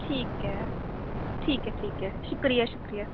ठीक ऐ ठीक ऐ ठीक ऐ शुक्रिया शुक्रिया